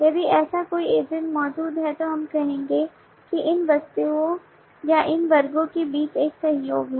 यदि ऐसा कोई एजेंट मौजूद है तो हम कहेंगे कि इन वस्तुओं या इन वर्गों के बीच एक सहयोग है